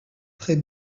très